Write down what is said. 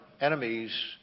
enemies